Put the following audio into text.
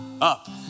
up